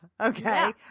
Okay